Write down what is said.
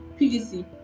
PVC